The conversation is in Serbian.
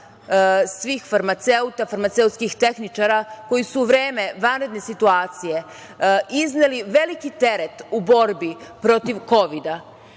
svih farmaceuta, farmaceutskih tehničara koji su u vreme vanredne situacije izneli veliki teret u borbi protiv Kovida.